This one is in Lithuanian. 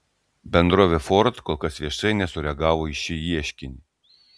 bendrovė ford kol kas viešai nesureagavo į šį ieškinį